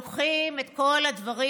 לוקחים את כל הדברים,